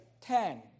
ten